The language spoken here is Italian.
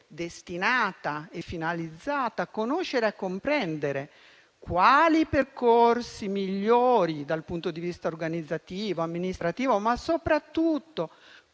destinata e finalizzata a conoscere e a comprendere davvero quali sono i percorsi migliori dal punto di vista organizzativo e amministrativo e soprattutto